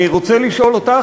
אני רוצה לשאול אותך,